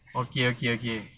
okay okay okay